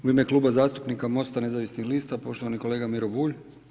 U ime Kluba zastupnika Mosta nezavisnih lista poštovani kolega MIro Bulj.